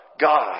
God